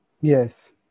Yes